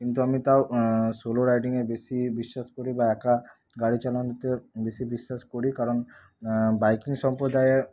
কিন্তু আমি তাও সোলো রাইডিংয়ে বেশি বিশ্বাস করি বা একা গাড়ি চালানোতে বেশি বিশ্বাস করি কারণ বাইকিং সম্প্রদায়ের